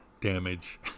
damage